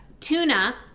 Tuna